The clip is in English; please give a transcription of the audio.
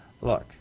Look